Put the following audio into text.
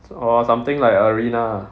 orh something like arena ah